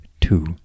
two